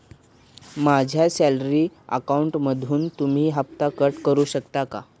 माझ्या सॅलरी अकाउंटमधून तुम्ही हफ्ता कट करू शकता का?